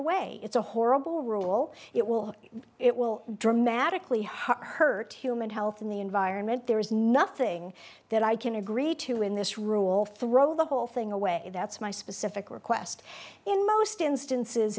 away it's a horrible rule it will it will dramatically hurt him in health in the environment there is nothing that i can agree to in this rule throw the whole thing away that's my specific request in most instances